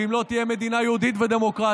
ואם היא לא תהיה מדינה יהודית ודמוקרטית,